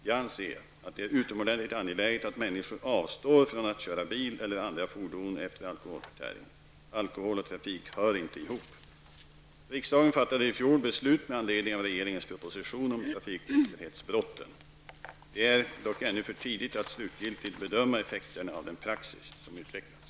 Jag anser att det är utomordenligt angeläget att människor avstår från att köra bil eller andra fordon efter alkoholförtäring. Alkohol och trafik hör inte ihop. Riksdagen fattade i fjol beslut med anledning av regeringens proposition om trafiknykterhetsbrotten. Det är dock ännu för tidigt att slutgiltigt bedöma effekterna av den praxis som utvecklats.